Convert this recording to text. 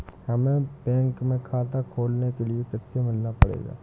हमे बैंक में खाता खोलने के लिए किससे मिलना पड़ेगा?